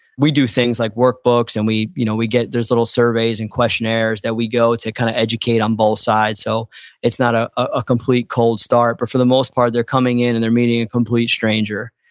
we do things like workbooks, and we you know we get, there's little surveys and questionnaires that we go to kind of educate on both sides, so it's not ah a complete cold start but for the most part, they're coming in and they're meeting a complete stranger.